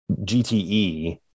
GTE